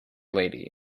lady